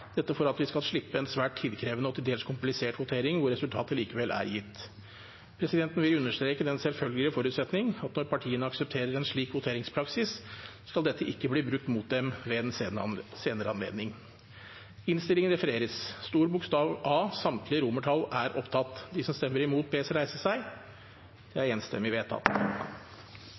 dette for at vi skal slippe en svært tidkrevende og til dels komplisert votering, hvor resultatet likevel er gitt. Presidenten vil understreke den selvfølgelige forutsetning at når partiene aksepterer en slik voteringspraksis, skal dette ikke bli brukt mot dem ved en senere anledning. Komiteen hadde innstilt til Stortinget å gjøre følgende Høyre, Venstre og Kristelig Folkeparti har varslet at de vil stemme imot.